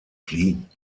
fliehen